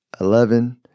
Eleven